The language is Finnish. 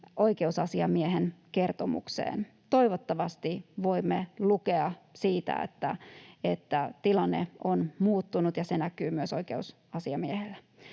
oikeusasiamiehen kertomukseen. Toivottavasti voimme lukea siitä, että tilanne on muuttunut ja se näkyy myös oikeusasiamiehelle.